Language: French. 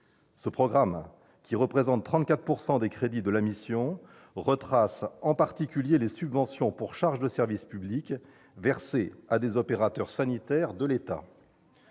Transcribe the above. Ce programme, qui représente 34 % des crédits de la mission, retrace en particulier les subventions pour charges de service public versées à des opérateurs sanitaires de l'État.